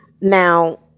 Now